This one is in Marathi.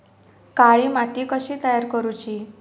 काळी माती कशी तयार करूची?